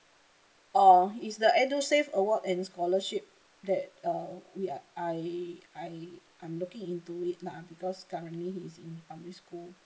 oh it's the edusave award and scholarship that uh we are I I I'm looking into it lah because currently he is in public school